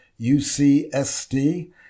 UCSD